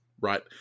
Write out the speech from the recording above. Right